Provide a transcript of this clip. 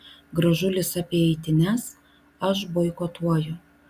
gražulis apie eitynes aš boikotuoju